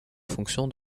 fonction